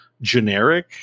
generic